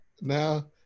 now